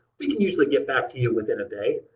we can usually get back to you within a day.